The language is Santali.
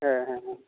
ᱦᱮᱸ ᱦᱮᱸ ᱦᱮᱸ